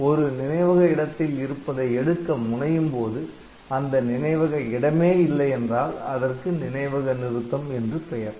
ஒரு நினைவக இடத்தில் இருப்பதை எடுக்க முனையும்போது அந்த நினைவக இடமே இல்லையென்றால் அதற்கு நினைவக நிறுத்தம் என்று பெயர்